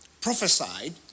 prophesied